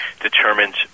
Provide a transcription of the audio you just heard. determines